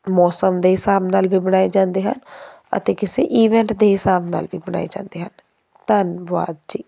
ਮੌਸਮ ਦੇ ਹਿਸਾਬ ਨਾਲ ਵੀ ਬਣਾਏ ਜਾਂਦੇ ਹਨ ਅਤੇ ਕਿਸੇ ਈਵੈਂਟ ਦੇ ਹਿਸਾਬ ਨਾਲ ਵੀ ਬਣਾਏ ਜਾਂਦੇ ਹਨ ਧੰਨਵਾਦ ਜੀ